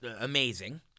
amazing